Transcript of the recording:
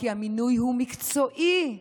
כי המינוי הוא מקצועי.